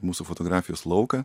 mūsų fotografijos lauką